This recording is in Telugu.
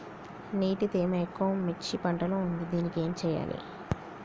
నీటి తేమ ఎక్కువ మిర్చి పంట లో ఉంది దీనికి ఏం చేయాలి?